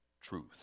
truth